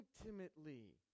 intimately